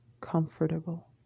comfortable